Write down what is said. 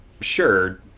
sure